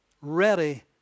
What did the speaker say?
ready